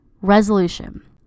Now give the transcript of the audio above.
Resolution